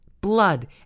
blood